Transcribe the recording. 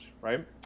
right